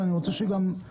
ואני רוצה שתילחם,